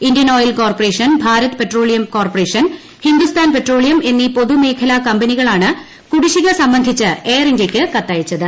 Indian oil corporation Bharat petroleum corporation Hindustan petroleum എന്നീ പൊതുമേഖലാ കമ്പനികളാണ് കുടിശ്ശിക സംബന്ധിച്ച് എയർ ഇന്തൃയ്ക്ക് കത്തയച്ചത്